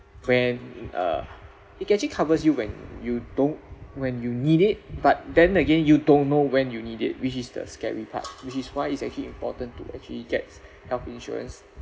when uh it can actually covers you when you don't when you need it but then again you don't know when you need it which is the scary part which is why it's actually important to actually gets health insurance